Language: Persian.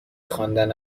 خواندن